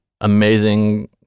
amazing